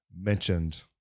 mentioned